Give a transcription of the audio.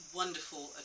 wonderful